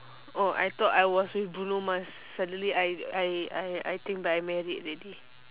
oh I thought I was with bruno mars suddenly I I I I think I married already